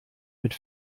mit